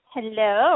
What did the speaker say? Hello